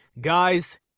guys